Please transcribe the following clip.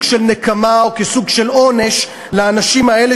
של נקמה או סוג של עונש לאנשים האלה,